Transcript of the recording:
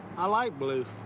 i like blue.